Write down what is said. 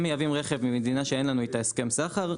אם מייבאים רכב ממדינה שאין לנו איתה הסכם סחר,